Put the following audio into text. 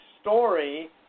story